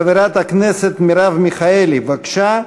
חברת הכנסת מרב מיכאלי, בבקשה,